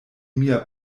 mia